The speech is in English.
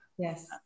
Yes